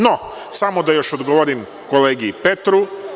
No, samo da još odgovorim kolegi Petru.